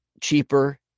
cheaper